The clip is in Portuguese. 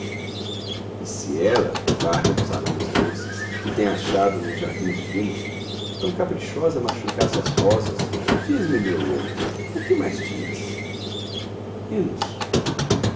e se ela farta dos aromas doces que tem achado nos jardins divinos tão caprichosa machucasse as rosas diz-me meu louco o que mais tinhas hinos